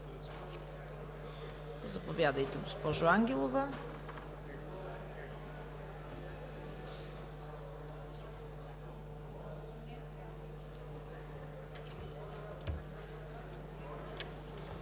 Заповядайте, госпожо Ангелова.